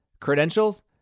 Credentials